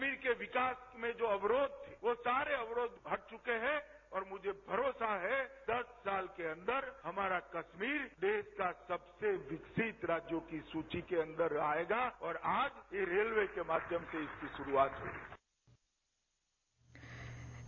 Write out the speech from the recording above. कश्मीर के विकास में जो अवरोध थे वो सारे अवरोध हट चुके हैं और मुझे भरोसा है दस साल के अंदर हमारा कश्मीर देश का सबसे विकसित राज्यों की सूची के अंदर आयेगा और आज ये रेलवे के माध्यम से इसकी शुरूआत हुई है